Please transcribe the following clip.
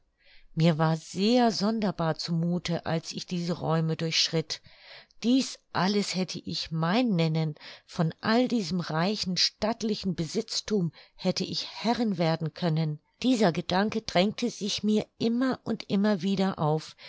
mir war sehr sonderbar zu muthe als ich diese räume durchschritt dies alles hätte ich mein nennen von all diesem reichen stattlichen besitzthum hätte ich herrin werden können dieser gedanke drängte sich mir immer und immer wieder auf